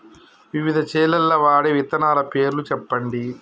వివిధ చేలల్ల వాడే విత్తనాల పేర్లు చెప్పండి?